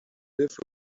live